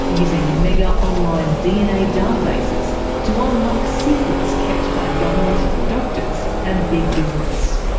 using mega online dna databases to unlock secrets kept by government, doctors, and big business.